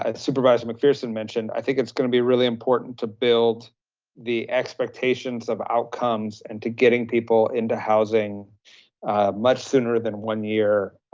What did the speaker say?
ah supervisor mcpherson mentioned, i think it's gonna be really important to build the expectations of outcomes and to getting people into housing much sooner than one year.